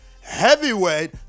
heavyweight